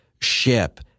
ship